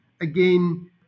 again